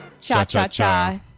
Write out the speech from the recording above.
cha-cha-cha